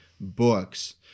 books